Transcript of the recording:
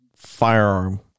firearm